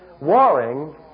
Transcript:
warring